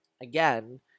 again